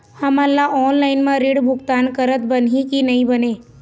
हमन ला ऑनलाइन म ऋण भुगतान करत बनही की नई बने?